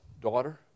daughter